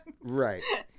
Right